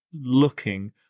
Looking